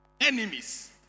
enemies